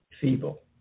feeble